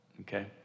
Okay